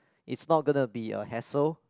is not gonna to be a hassle